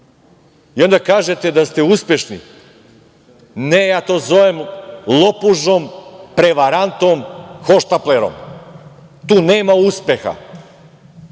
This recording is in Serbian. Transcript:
onda kažete da ste uspešni. Ne, ja to zovem lopužom, prevarantom, hohštaplerom. Tu nema uspeha.